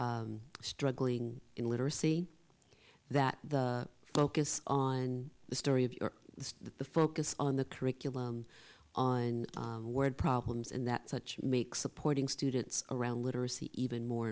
so struggling in literacy that the focus on the story of the focus on the curriculum on word problems and that such make supporting students around literacy even more